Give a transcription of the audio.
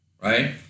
right